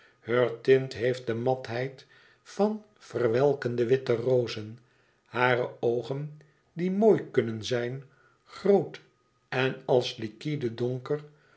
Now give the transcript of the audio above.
heur teint heeft de matheid van verwelkende witte rozen hare oogen die mooi kunnen zijn groot en als liquide donker